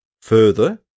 Further